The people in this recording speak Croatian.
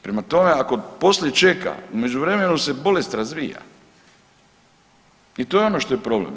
Prema tome, ako poslije čeka u međuvremenu se bolest razvija i to je ono što je problem.